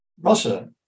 Russia